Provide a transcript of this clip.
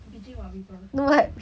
bitching about people